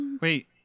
Wait